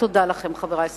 תודה לכם, חברי השרים.